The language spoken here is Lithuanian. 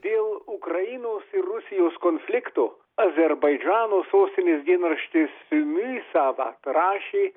dėl ukrainos ir rusijos konfliktų azerbaidžano sostinės dienraštis visava rašė